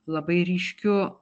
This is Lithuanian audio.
labai ryškiu